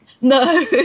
No